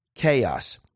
chaos